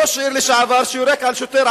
ראש עיר לשעבר שיורק על שוטר,